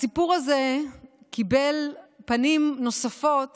הסיפור הזה קיבל פנים נוספות